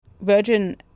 Virgin